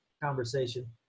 conversation